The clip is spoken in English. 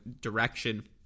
direction